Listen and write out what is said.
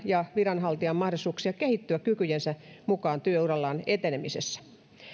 ja viranhaltijan mahdollisuuksia kehittyä kykyjensä mukaan työurallaan etenemisessä